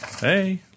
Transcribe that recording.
Hey